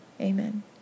amen